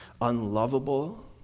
unlovable